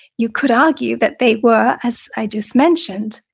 you could argue that they were, as i just mentioned,